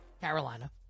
Carolina